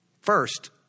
First